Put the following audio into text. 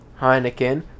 Heineken